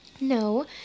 no